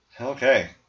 Okay